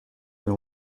mais